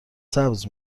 سبز